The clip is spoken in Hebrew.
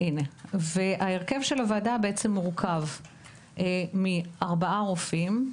ההרכב של הוועדה מורכב מארבעה רופאים,